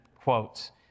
quotes